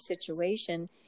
situation